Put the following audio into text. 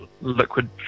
liquid